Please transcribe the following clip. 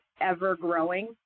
ever-growing